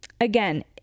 again